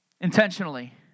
intentionally